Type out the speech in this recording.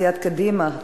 סיעת קדימה,